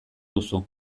duzu